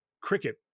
Cricket